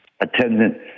attendant